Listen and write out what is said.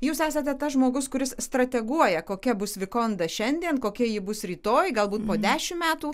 jūs esate tas žmogus kuris strateguoja kokia bus vikonda šiandien kokia ji bus rytoj galbūt po dešim metų